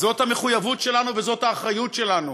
זאת המחויבות שלנו וזאת האחריות שלנו.